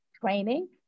training